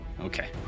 Okay